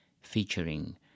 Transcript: Featuring